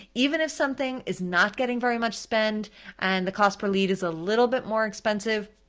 even if something is not getting very much spend and the cost per lead is a little bit more expensive,